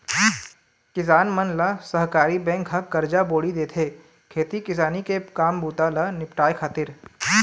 किसान मन ल सहकारी बेंक ह करजा बोड़ी देथे, खेती किसानी के काम बूता ल निपाटय खातिर